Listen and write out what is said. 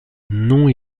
non